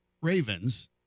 Ravens